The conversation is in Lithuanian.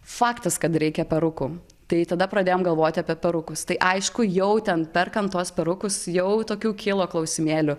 faktas kad reikia perukų tai tada pradėjom galvoti apie perukus tai aišku jau ten perkant tuos perukus jau tokių kyla klausimėlių